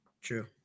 True